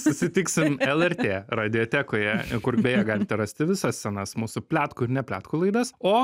susitiksim elertė radiotekoje kur beje galite rasti visas senas mūsų pletkų ir nepletkų laidas o